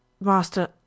master